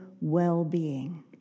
well-being